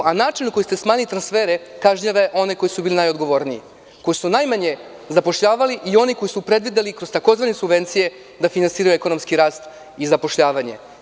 Način na koji ste smanjili transfere kažnjava one koji su bili najodgovorniji, koji su najmanje zapošljavali i oni koji su predvideli kroz tzv. subvencije da finansiraju ekonomski rast i zapošljavanje.